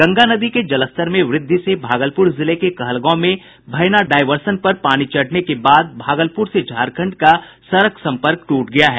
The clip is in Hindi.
गंगा नदी के जलस्तर में व्रद्धि से भागलपुर जिले के कहलगांव में भैना डायवर्सन पर पानी चढ़ने के बाद भागलपुर से झारखण्ड का सड़क संपर्क ट्रट गया है